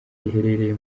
riherereye